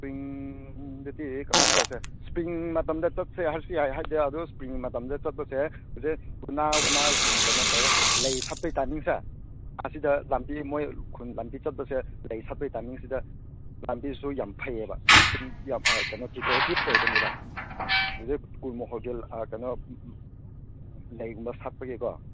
ꯁ꯭ꯄꯔꯤꯡꯗꯗꯤ ꯀꯃꯥꯏ ꯇꯧꯁꯦ ꯁ꯭ꯄꯔꯤꯡ ꯃꯇꯝꯗ ꯆꯠꯁꯦ ꯍꯥꯏꯔꯁꯨ ꯌꯥꯏ ꯍꯥꯏꯗꯤ ꯑꯗꯨ ꯁ꯭ꯄꯔꯤꯡ ꯃꯇꯝꯗ ꯆꯠꯄꯁꯦ ꯍꯧꯖꯤꯛ ꯎꯅꯥ ꯋꯥꯅꯥ ꯑꯗꯨꯝ ꯀꯩꯅꯣ ꯇꯧꯏ ꯂꯩ ꯁꯥꯠꯄꯩ ꯇꯥꯏꯃꯤꯡꯁꯦ ꯑꯁꯤꯗ ꯂꯝꯕꯤ ꯃꯣꯏ ꯈꯨꯟ ꯂꯝꯕꯤ ꯆꯠꯄꯁꯦ ꯂꯩ ꯁꯥꯠꯄꯩ ꯇꯥꯏꯃꯤꯡꯁꯤꯗ ꯂꯝꯕꯤꯁꯨ ꯌꯥꯝ ꯐꯩꯌꯦꯕ ꯑꯗꯨꯝ ꯌꯥꯝ ꯀꯩꯅꯣ ꯗꯤꯀꯣꯔꯦꯇꯤꯞ ꯑꯣꯏꯕꯅꯦꯕ ꯍꯧꯖꯤꯛ ꯒꯨꯜꯃꯣꯍꯣꯔꯒꯤ ꯀꯩꯅꯣ ꯎꯝ ꯂꯩꯒꯨꯝꯕ ꯁꯥꯠꯄꯒꯤꯀꯣ